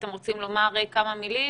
אתם רוצים לומר כמה מילים,